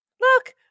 Look